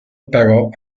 però